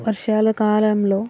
వర్షాల కాలంలో